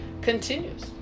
continues